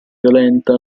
violenta